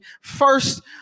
first